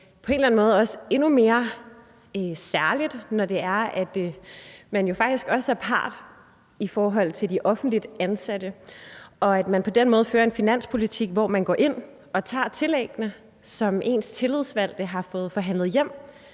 på en eller anden måde også endnu mere særligt, når man jo også faktisk er en part i forhold til de offentligt ansatte, og at man på den måde fører en finanspolitik, hvor man går ind og tager tillæggene, som ens tillidsvalgte har fået forhandlet hjem